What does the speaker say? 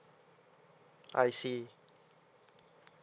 I see